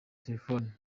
telephone